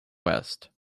west